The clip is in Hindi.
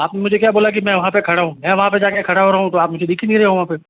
आपने मुझे क्या बोला कि मैं वहाँ पर खड़ा हूँ मैं वहाँ पर जाकर खड़ा हो रहा हूँ तो आप मुझे दिख ही नहीं रहे हो वहाँ पर